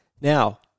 Now